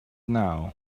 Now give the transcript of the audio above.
now